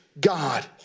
God